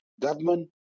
government